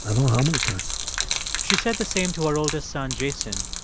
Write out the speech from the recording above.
ah know how many times she said the same to her oldest son, jason,